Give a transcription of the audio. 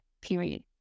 period